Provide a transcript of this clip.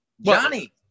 Johnny